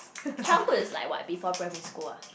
childhood is like what before primary school ah